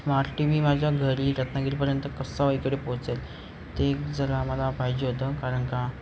smart T V माझ्या घरी रत्नागिरीपर्यंत कसा इकडे पोहोचेल ते जर आम्हाला पाहिजे होतं कारण का